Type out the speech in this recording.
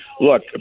look